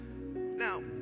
Now